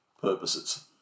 purposes